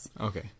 Okay